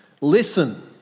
Listen